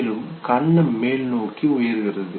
மேலும் கன்னம் மேல்நோக்கி உயர்கிறது